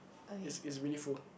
is is really full